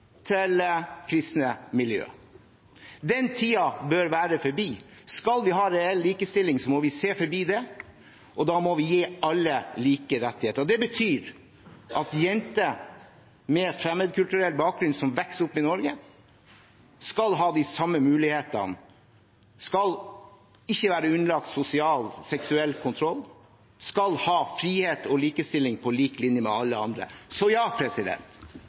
til kristne miljøer. Den tiden bør være forbi. Skal vi ha reell likestilling, må vi se forbi det. Da må vi gi alle like rettigheter. Det betyr at jenter med fremmedkulturell bakgrunn som vokser opp i Norge, skal ha de samme mulighetene, skal ikke være underlagt sosial og seksuell kontroll og skal ha frihet og likestilling på lik linje med alle andre. Så svaret er ja